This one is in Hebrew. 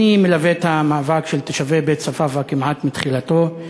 אני מלווה את המאבק של תושבי בית-צפאפא כמעט מתחילתו.